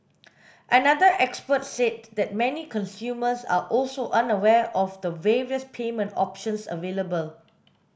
another expert said that many consumers are also unaware of the various payment options available